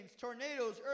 tornadoes